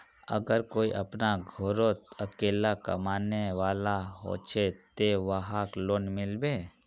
अगर कोई अपना घोरोत अकेला कमाने वाला होचे ते वहाक लोन मिलबे?